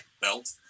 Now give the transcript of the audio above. belt